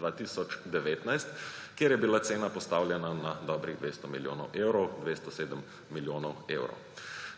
2019, kjer je bila cena postavljena na dobrih 200 milijonov evrov, 207 milijonov evrov.